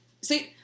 see